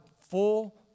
full